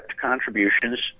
contributions